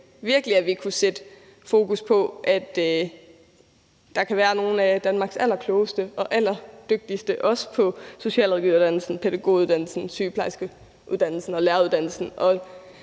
at vi kunne sætte fokus på, at der også kan være nogle af Danmarks allerklogeste og allerdygtigste på socialrådgiveruddannelsen, pædagoguddannelsen, sygeplejerskeuddannelsen og læreruddannelsen.